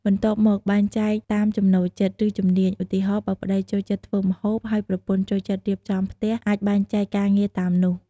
បន្ទាប់មក បែងចែកតាមចំណូលចិត្ត ឬជំនាញ ឧទាហរណ៍ បើប្ដីចូលចិត្តធ្វើម្ហូប ហើយប្រពន្ធចូលចិត្តរៀបចំផ្ទះ អាចបែងចែកការងារតាមនោះ។